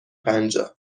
پنجاه